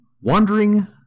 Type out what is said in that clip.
wandering